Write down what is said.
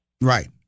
Right